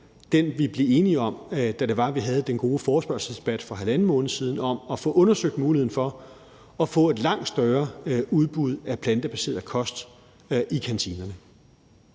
den, vi blev enige om, da vi havde den gode forespørgselsdebat for halvanden måned siden om at få undersøgt muligheden for at få et langt større udbud af plantebaseret kost i kantinerne.